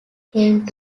came